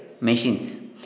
machines